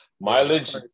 Mileage